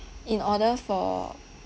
in order for